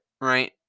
right